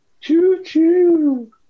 Choo-choo